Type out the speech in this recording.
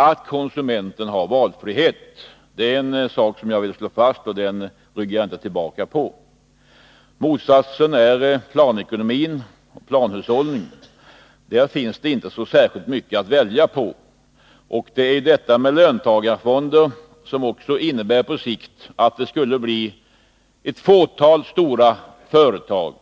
Det är en ståndpunkt där jag inte ryggar tillbaka. Motsatsen är planekonomin och planhushållningen, där det inte finns så mycket att välja bland. Ett system med löntagarfonder innebär också att ett fåtal stora företag